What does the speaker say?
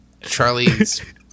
Charlie's